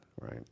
right